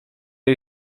jej